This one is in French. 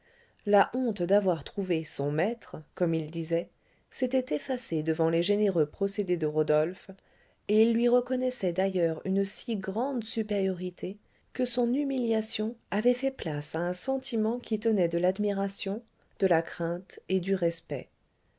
la honte d'avoir trouvé son maître comme il disait s'était effacée devant les généreux procédés de rodolphe et il lui reconnaissait d'ailleurs une si grande supériorité que son humiliation avait fait place à un sentiment qui tenait de l'admiration de la crainte et du respect